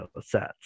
sets